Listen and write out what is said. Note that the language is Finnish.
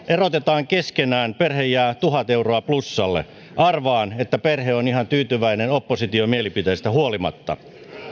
erotetaan keskenään perhe jää tuhat euroa plussalle arvaan että perhe on ihan tyytyväinen opposition mielipiteistä huolimatta